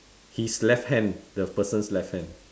his left hand the person's left hand